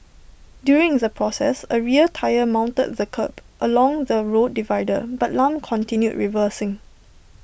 during the process A rear tyre mounted the kerb along the road divider but Lam continued reversing